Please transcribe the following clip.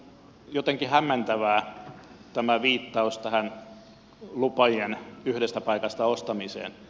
on jotenkin hämmentävä tämä viittaus tähän lupien yhdestä paikasta ostamiseen